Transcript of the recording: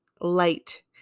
light